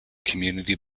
community